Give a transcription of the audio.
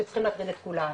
שצריכים להטריד את כולנו.